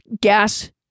gas